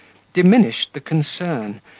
diminished the concern,